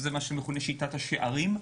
מה שמכונה שיטת השערים.